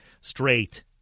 straight